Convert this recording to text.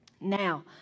Now